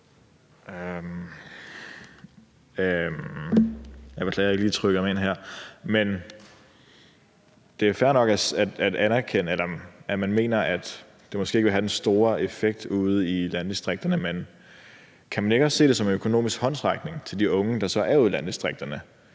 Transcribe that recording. Det er fair nok, at man mener, at det måske ikke vil have den store effekt ude i landdistrikterne, men kan man ikke også se det som en økonomisk håndsrækning til de unge, der så er ude i landdistrikterne,